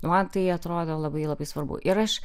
man tai atrodė labai labai svarbu ir aš